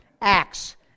Acts